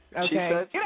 Okay